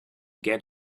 get